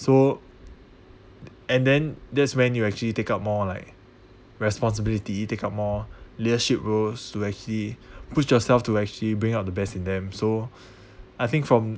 so and then that's when you actually take up more like responsibility take up more leadership roles to actually push yourself to actually bring out the best in them so I think from